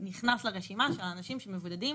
נכנס לרשימה של אנשים שמבודדים